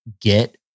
get